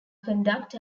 conduct